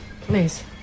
Please